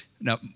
Now